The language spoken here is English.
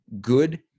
good